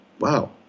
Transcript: Wow